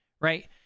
right